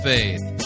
Faith